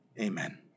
Amen